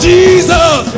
Jesus